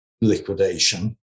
liquidation